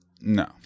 no